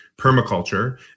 permaculture